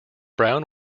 brown